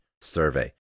survey